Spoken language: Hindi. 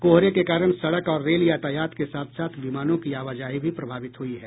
कोहरे के कारण सडक और रेल यातायात के साथ साथ विमानों की आवाजाही भी प्रभावित हुई है